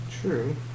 True